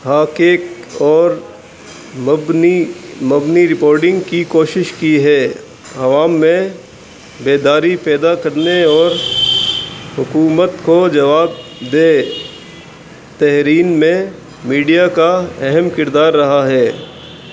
حاکیک اور مبنی مبنی رپورڈنگ کی کوشش کی ہے عوام میں بیداری پیدا کرنے اور حکومت کو جواب دے تحرین میں میڈیا کا اہم کردار رہا ہے